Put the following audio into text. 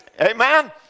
Amen